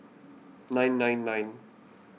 nine nine nine